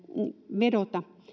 vedota